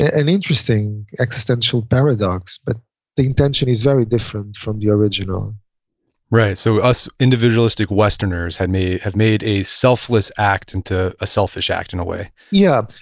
an interesting existential paradox. but the intention is very different from the original right, so us individualistic westerners have made have made a selfless act into a selfish act in a way yeah.